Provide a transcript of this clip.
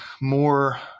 more